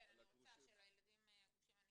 כן, אני רוצה, של הילדים להורים גרושים.